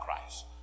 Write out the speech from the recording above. Christ